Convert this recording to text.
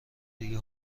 دیگه